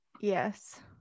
Yes